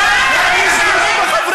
אני אגיד לך איך הם יתנהגו.